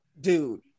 dude